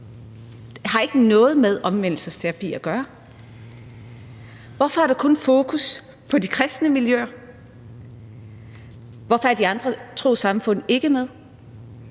har vel ikke noget med omvendelsesterapi at gøre? Hvorfor er der kun fokus på de kristne miljøer? Hvorfor er de andre trossamfund ikke med?